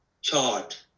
chart